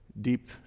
deep